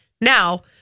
Now